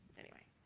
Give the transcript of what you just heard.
anyway.